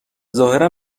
ظاهرا